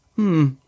Hmm